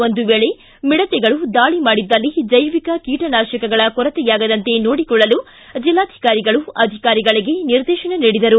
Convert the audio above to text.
ಒಂದು ವೇಳೆ ಮಿಡತೆಗಳು ದಾಳಿ ಮಾಡಿದಲ್ಲಿ ಜೈವಿಕ ಕೀಟನಾಶಕಗಳ ಕೊರತೆಯಾಗದಂತೆ ನೋಡಿಕೊಳ್ಳಲು ಜಿಲ್ಲಾಧಿಕಾರಿಗಳು ಅಧಿಕಾರಿಗಳಿಗೆ ನಿರ್ದೇಶನ ನೀಡಿದರು